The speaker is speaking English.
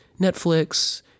Netflix